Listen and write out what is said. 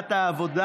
בוועדת העבודה